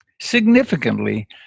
significantly